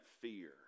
fear